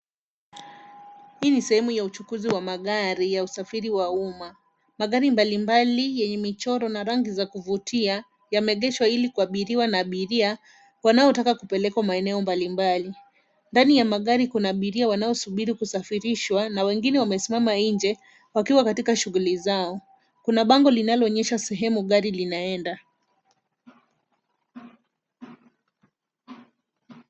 Hii ni sehemu ya uchukuzi wa magari ya usafiri wa umma. Magari mbalimbali yenye michoro na rangi za kuvutia yameegeshwa ili kuabiriwa na abiria wanaotaka kupelekwa maeneo mbalimbali. Ndani ya magari kuna abiria wanaosubiri kusafirishwa na wengine wamesimama nje wakiwa katika shughuli zao. Kuna bango linaloonyesha sehemu gari linaenda.